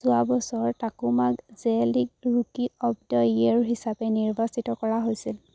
যোৱা বছৰ টাকুমাক J League rookie of the year হিচাপে নিৰ্বাচিত কৰা হৈছিল